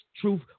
truth